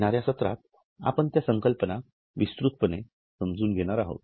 येणाऱ्यासत्रातआपण या संकल्पना विस्तृतपणे समजून घेणार आहोत